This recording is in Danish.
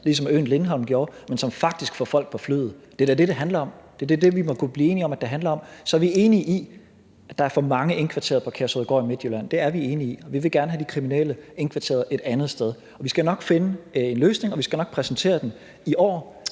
ligesom øen Lindholm gjorde, men som faktisk får folk på flyet. Det er da det, det handler om. Det er det, vi må kunne blive enige om det handler om. Så er vi enige i, at der er for mange indkvarteret på Kærshovedgård i Midtjylland. Det er vi enige i, og vi vil gerne have de kriminelle indkvarteret et andet sted. Vi skal nok finde en løsning, og vi skal nok præsentere den i den